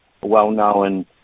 well-known